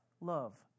love